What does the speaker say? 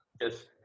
Yes